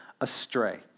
astray